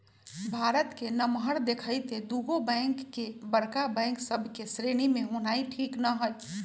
भारत के नमहर देखइते दुगो बैंक के बड़का बैंक सभ के श्रेणी में होनाइ ठीक न हइ